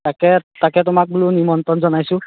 তাকে তাকে তোমাক বোলো নিমন্ত্ৰণ জনাইছোঁ